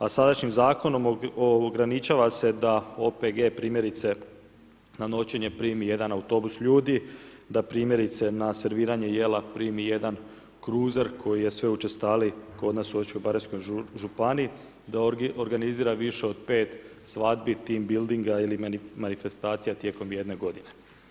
A sadašnjim zakonom, ograničava se da OPG primjerice, na noćenje primi jedan autobus ljudi, da primjerice na serviranje jela primi jedan kruzera koji je sve učestaliji kod nas u Osječko baranjskoj županiji i organizira više od 5 svadbi, tim bildinga, ili manifestacija tijekom jedne godine.